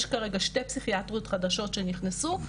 יש כרגע שתי פסיכיאטריות חדשות שנכנסו,